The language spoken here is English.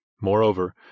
Moreover